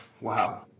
Wow